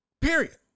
Period